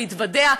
להתוודע,